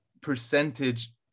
percentage